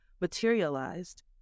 materialized